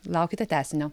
laukite tęsinio